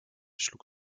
schlug